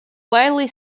widely